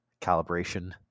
calibration